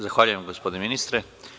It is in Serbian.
Zahvaljujem gospodine ministre.